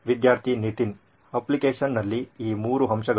ವಿದ್ಯಾರ್ಥಿ ನಿತಿನ್ ಅಪ್ಲಿಕೇಶನ್ನಲ್ಲಿ ಈ ಮೂರು ಅಂಶಗಳು